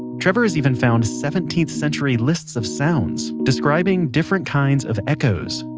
trevor has even found seventeenth century lists of sounds, describing different kinds of echoes.